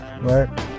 right